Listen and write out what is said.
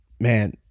man